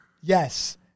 Yes